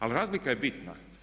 Ali razlika je bitna.